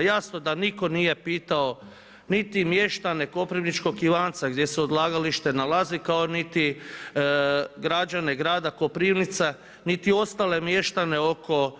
Jasno da nitko nije pitao niti mještane Koprivničkog Ivanca, gdje se odlagalište nalazi, kao niti građane grada Koprivnice, niti ostale mještane oko